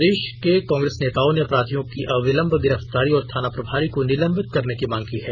प्रदेश के कांग्रेस नेताओं ने अपराधियों की अविलंब गिरफ्तारी और थाना प्रभारी को निलंबित करने की मांग की है